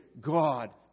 God